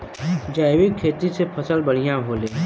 जैविक खेती से फसल बढ़िया होले